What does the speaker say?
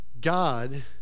God